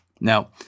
Now